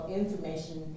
information